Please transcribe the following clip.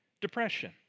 depression